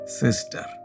sister